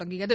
தொடங்கியது